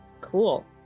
Cool